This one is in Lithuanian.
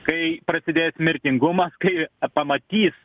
kai prasidės mirtingumas kai pamatys